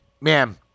ma'am